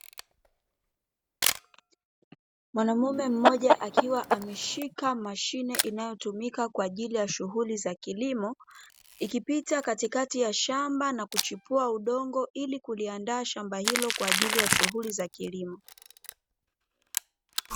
Mwanaume mmoja aliye shika mashine inayotumika kwa ajili ya shughuli za kilimo, ikipita katikati ya shamba kuchipua udongo ili kuliandaa shamba ilo kwa ajili ya matumizi ya kilimo.